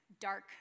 dark